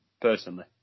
personally